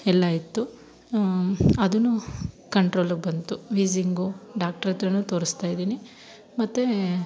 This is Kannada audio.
ಎಲ್ಲ ಇತ್ತು ಅದು ಕಂಟ್ರೋಲಗೆ ಬಂತು ವೀಝಿಂಗು ಡಾಕ್ಟ್ರಹತ್ರ ತೋರಿಸ್ತಾ ಇದೀನಿ ಮತ್ತು